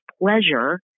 pleasure